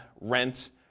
rent